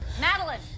Madeline